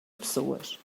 pessoas